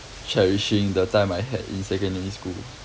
cherishing the time I had in secondary school